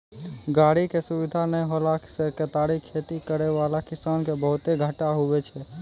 गाड़ी के सुविधा नै होला से केतारी खेती करै वाला किसान के बहुते घाटा हुवै छै